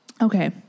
Okay